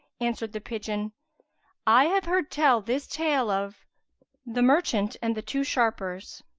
answered the pigeon i have heard tell this tale of the merchant and the two shapers